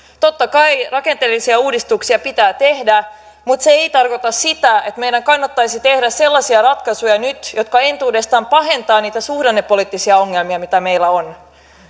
totta kai rakenteellisia uudistuksia pitää tehdä mutta se ei tarkoita sitä että meidän kannattaisi tehdä nyt sellaisia ratkaisuja jotka entuudestaan pahentavat niitä suhdannepoliittisia ongelmia mitä meillä on